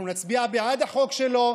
אנחנו נצביע בעד החוק שלו.